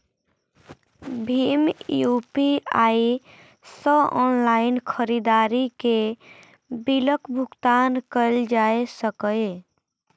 भीम UPI सं online खरीदारी के बिलक भुगतान कैल जा सकैए